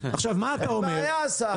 בכפר סבא ובכל מיני מרכזים עירוניים,